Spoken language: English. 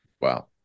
Wow